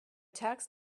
tax